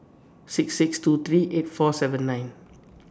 six six two three eight four seven nine